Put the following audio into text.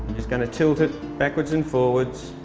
just going to tilt it backwards and forwards